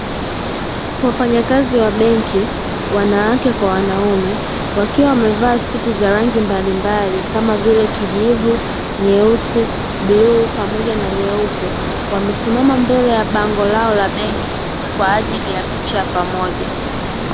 Wafanyakazi wa benki wanawake kwa wanaume, wakiwa wamevaa suti za rangi mbalimbali kama vile: kijivu, nyeusi, bluu pamoja na nyeupe, wamesimama mbele ya bango lao la benki kwa ajili ya picha ya pamoja.